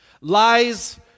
lies